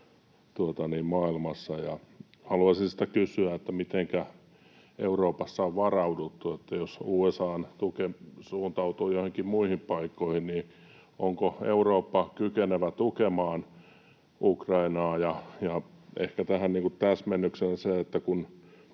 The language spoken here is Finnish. maailmassa, ja haluaisin sitä kysyä, mitenkä Euroopassa on varauduttu. Jos USA:n tuki suuntautuu joihinkin muihin paikkoihin, niin onko Eurooppa kykenevä tukemaan Ukrainaa? Ja ehkä tähän täsmennyksenä se, kun